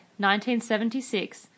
1976